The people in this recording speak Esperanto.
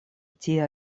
tia